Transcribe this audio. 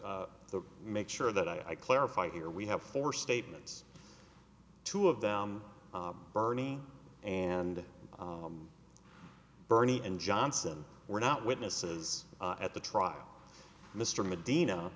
e make sure that i clarify here we have four statements two of them bernie and bernie and johnson were not witnesses at the trial mr medina